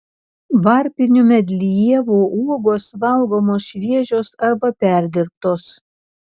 varpinių medlievų uogos valgomos šviežios arba perdirbtos